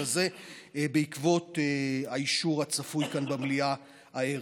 הזה בעקבות האישור הצפוי כאן במליאה הערב.